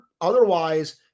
Otherwise